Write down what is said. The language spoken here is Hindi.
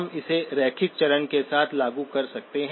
हम इसे रैखिक चरण के साथ लागू कर सकते हैं